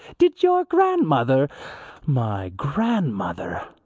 did your grandmother my grandmother!